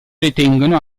detengono